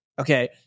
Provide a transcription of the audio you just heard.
Okay